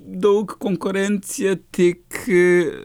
daug konkurencija tik